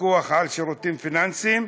הפיקוח על שירותים פיננסיים,